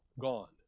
gone